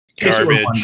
Garbage